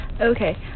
Okay